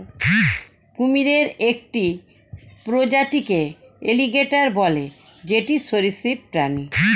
কুমিরের একটি প্রজাতিকে এলিগেটের বলে যেটি সরীসৃপ প্রাণী